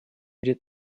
вред